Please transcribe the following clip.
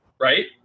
right